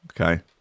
Okay